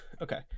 Okay